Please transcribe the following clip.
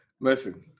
listen